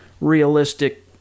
realistic